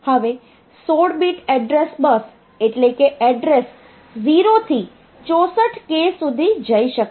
હવે 16 bit address bus એટલે કે એડ્રેસ 0 થી 64k સુધી જઈ શકે છે